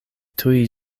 tuj